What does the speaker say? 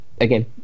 again